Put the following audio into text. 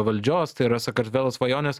valdžios tai yra sakartvelo svajonės